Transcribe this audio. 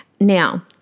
Now